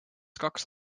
kaks